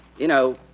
you know,